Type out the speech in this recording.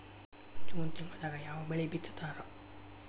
June ತಿಂಗಳದಾಗ ಯಾವ ಬೆಳಿ ಬಿತ್ತತಾರ?